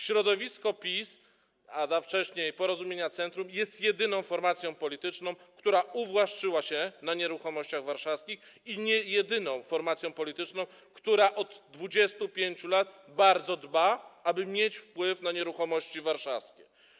Środowisko PiS, a wcześniej Porozumienia Centrum jest jedyną formacją polityczną, która uwłaszczyła się na nieruchomościach warszawskich, i jedyną formacją polityczną, która od 25 lat bardzo dba o to, aby mieć wpływ na nieruchomości warszawskie.